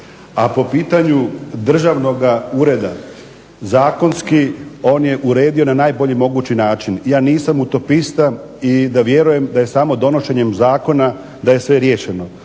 A po pitanju državnog ureda zakonski on je uredio na najbolji mogući način, ja nisam utopista da vjerujem da je samo donošenjem zakona da je sve riješeno.